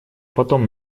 потом